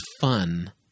fun